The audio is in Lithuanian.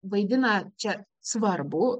vaidina čia svarbų